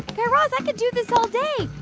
guy raz, i could do this all day.